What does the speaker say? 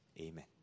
amen